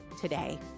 today